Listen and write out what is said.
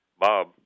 Bob